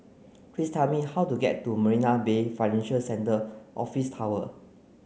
please tell me how to get to Marina Bay Financial Centre Office Tower